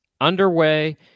underway